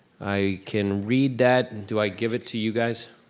i can read that, and do i give it to you guys?